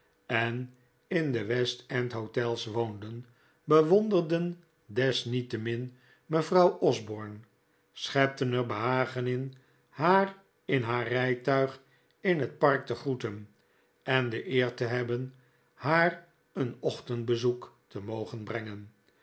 en in de west-end hotels woonden bewonderden desniettemin mevrouw osborne schepten er behagen in haar in haar rijtuig in het park te groeten en de eer te hebben haar een ochtendbezoek te mogen brengen